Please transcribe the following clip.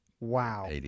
Wow